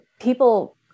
people